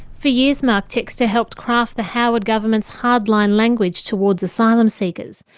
for years mark textor helped craft the howard government's hardline language towards asylum seekers.